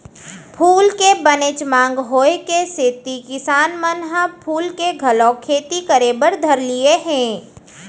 फूल के बनेच मांग होय के सेती किसान मन ह फूल के घलौ खेती करे बर धर लिये हें